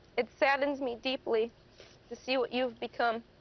it saddens me deeply to see what you have become